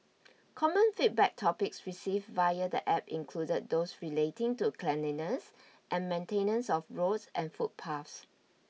common feedback topics received via the App include those relating to cleanliness and maintenance of roads and footpaths